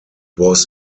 was